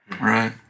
Right